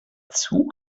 zug